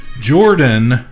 Jordan